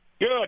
Good